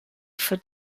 for